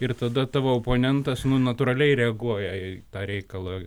ir tada tavo oponentas nu natūraliai reaguoja į tą reikalą